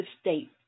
state